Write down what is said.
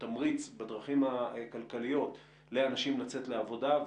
התמריץ בדרכים הכלכליות לאנשים לצאת לעבודה,